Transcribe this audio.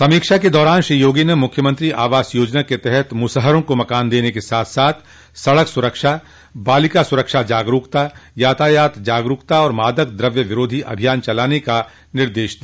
समीक्षा के दौरान श्री योगी ने मुख्यमंत्री आवास योजना के तहत मुसहरों को मकान देने के साथ साथ सड़क सुरक्षा बालिका सुरक्षा जागरूकता यातायात जागरूकता और मादक द्रव्य विरोधी अभियान चलाने का निर्देश भी दिया